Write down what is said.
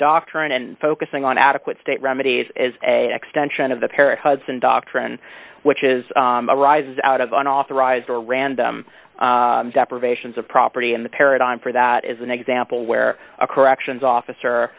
doctrine and focusing on adequate state remedies is a extension of the parent hudson doctrine which is arises out of an authorized or random deprivations of property and the paradigm for that is an example where a corrections officer